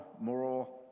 moral